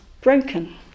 broken